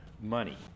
money